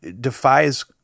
defies